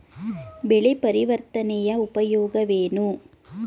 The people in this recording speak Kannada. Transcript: ಬೆಳೆ ಪರಿವರ್ತನೆಯ ಉಪಯೋಗವೇನು?